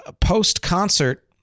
post-concert